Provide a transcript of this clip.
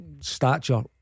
stature